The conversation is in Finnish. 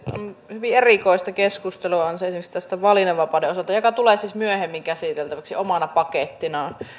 hyvin erikoista keskustelua esimerkiksi valinnanvapauden osalta joka tulee siis myöhemmin käsiteltäväksi omana pakettinaan